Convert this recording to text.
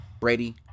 Brady